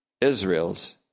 Israel's